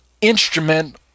instrument